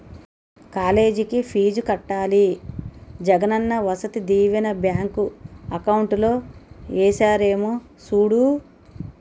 కాలేజికి ఫీజు కట్టాలి జగనన్న వసతి దీవెన బ్యాంకు అకౌంట్ లో ఏసారేమో సూడు